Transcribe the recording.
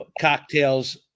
cocktails